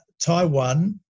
Taiwan